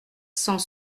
cent